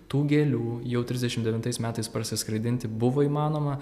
tų gėlių jau trisdešim devintais metais parsiskraidinti buvo įmanoma